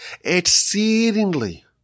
exceedingly